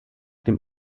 dem